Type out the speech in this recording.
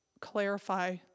clarify